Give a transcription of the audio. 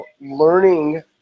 learning